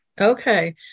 Okay